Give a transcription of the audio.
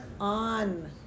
on